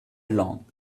long